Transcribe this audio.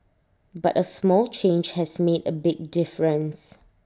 but A small change has made A big difference